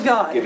God